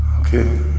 Okay